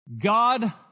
God